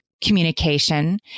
communication